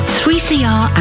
3cr